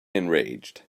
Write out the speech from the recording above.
enraged